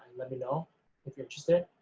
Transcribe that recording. let me know if you're interested.